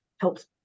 helps